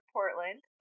Portland